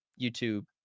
YouTube